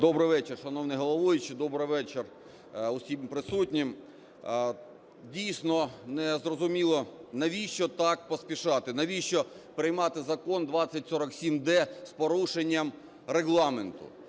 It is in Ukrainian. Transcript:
Добрий вечір, шановний головуючий. Добрий вечір усім присутнім. Дійсно не зрозуміло, навіщо так поспішати? Навіщо приймати закон 2047-д з порушенням Регламенту?